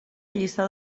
lliçà